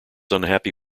unhappy